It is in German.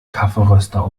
kaffeeröster